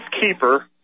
keeper